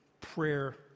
Prayer